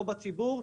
לא בציבור.